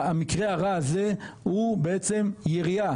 והמקרה הרע הזה ,הוא בעצם ירייה,